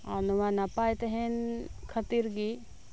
ᱟᱨ ᱱᱚᱶᱟ ᱱᱟᱯᱟᱭ ᱛᱟᱦᱮᱱ ᱠᱷᱟᱹᱛᱤᱨ ᱜᱮ